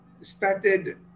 started